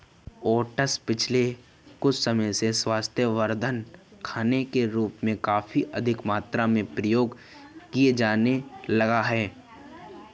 oats पिछले कुछ समय से स्वास्थ्यवर्धक खाने के रूप में काफी अधिक मात्रा में प्रयोग किया जाने लगा है